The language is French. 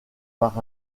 par